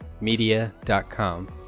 media.com